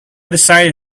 decided